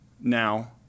now